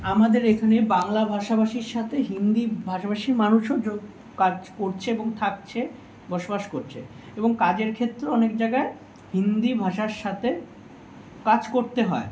আমাদের এখানে বাংলা ভাষাভাষীর সাথে হিন্দির ভাষাভাষী মানুষও যোগ কাজ করছে এবং থাকছে বসবাস করছে এবং কাজের ক্ষেত্রে অনেক জায়গায় হিন্দি ভাষার সাথে কাজ করতে হয়